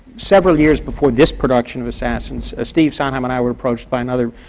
several years before this production of assassins, ah steve sondheim and i were approached by another